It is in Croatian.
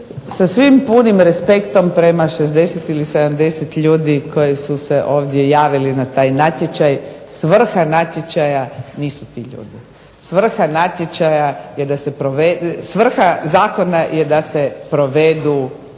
Sa svim punim respektom prema 60 ili 70 ljudi koji su se ovdje javili na taj natječaj svrha natječaja nisu ti ljudi. Svrha zakona je da se provedu sudske odluke, to je svrha